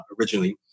originally